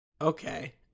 Okay